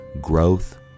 growth